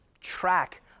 track